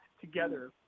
together